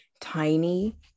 tiny